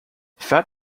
fat